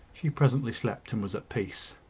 she presently slept and was at peace.